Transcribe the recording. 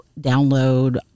download